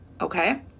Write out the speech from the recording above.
okay